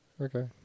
Okay